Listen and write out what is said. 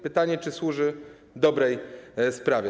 Pytanie, czy służy dobrej sprawie.